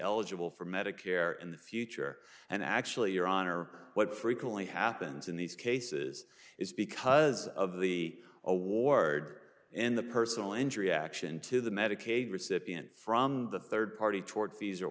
eligible for medicare in the future and actually your honor what frequently happens in these cases is because of the award in the personal injury action to the medicaid recipients from the third party toward fees or